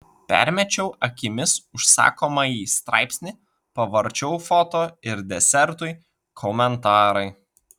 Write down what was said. permečiau akimis užsakomąjį straipsnį pavarčiau foto ir desertui komentarai